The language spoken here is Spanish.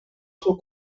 sus